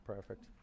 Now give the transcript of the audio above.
perfect